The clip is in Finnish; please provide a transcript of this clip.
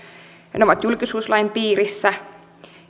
ja ne ovat julkisuuslain piirissä